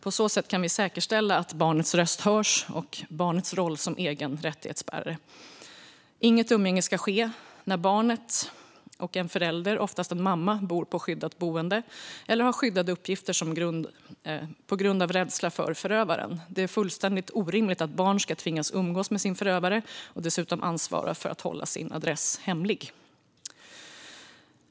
På så sätt kan vi säkerställa att barnets röst hörs och barnets roll som egen rättighetsbärare. Inget umgänge ska ske när barnet och en förälder, oftast en mamma, bor på skyddat boende eller har skyddade uppgifter på grund av rädsla för förövaren. Det är fullständigt orimligt att barn ska tvingas umgås med sin förövare - och dessutom ansvara för att hålla sin adress hemlig.